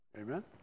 Amen